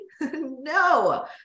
No